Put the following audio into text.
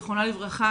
זיכרונה לברכה,